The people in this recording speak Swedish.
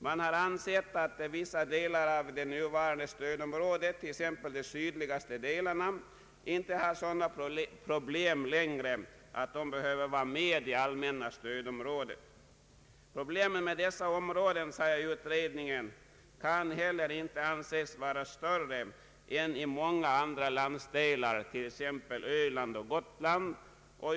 Man har ansett att vissa delar av det nuvarande stödområdet, t.ex. de sydliga delarna, inte längre har sådana problem att de behöver vara med i det allmänna stödområdet. Problemen i dessa områden, säger utredningen, kan inte heller anses vara större än i många andra landsdelar, t.ex. Öland och Gotland.